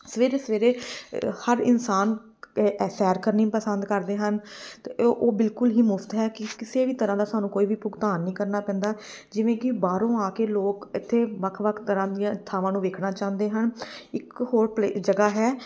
ਸਵੇਰੇ ਸਵੇਰੇ ਹਰ ਇਨਸਾਨ ਇ ਅ ਸੈਰ ਕਰਨੀ ਪਸੰਦ ਕਰਦੇ ਹਨ ਅਤੇ ਓ ਉਹ ਬਿਲਕੁਲ ਹੀ ਮੁਫਤ ਹੈ ਕਿ ਕਿਸੇ ਵੀ ਤਰ੍ਹਾਂ ਦਾ ਸਾਨੂੰ ਕੋਈ ਵੀ ਭੁਗਤਾਨ ਨਹੀਂ ਕਰਨਾ ਪੈਂਦਾ ਜਿਵੇਂ ਕਿ ਬਾਹਰੋਂ ਆ ਕੇ ਲੋਕ ਇੱਥੇ ਵੱਖ ਵੱਖ ਤਰ੍ਹਾਂ ਦੀਆਂ ਥਾਵਾਂ ਨੂੰ ਵੇਖਣਾ ਚਾਹੁੰਦੇ ਹਨ ਇੱਕ ਹੋਰ ਪਲੇ ਜਗ੍ਹਾ ਹੈ